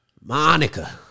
Monica